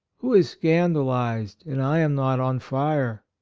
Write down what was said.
who is scandalized and i am not on fire.